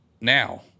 now